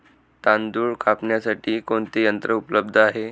तांदूळ कापण्यासाठी कोणते यंत्र उपलब्ध आहे?